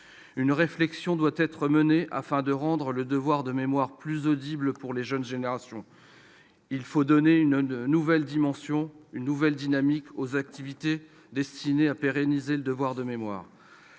Une réflexion doit être menée afin de rendre le devoir de mémoire plus audible pour les jeunes générations. Il faut donner une nouvelle dimension, une nouvelle dynamique aux activités destinées à pérenniser le devoir de mémoire.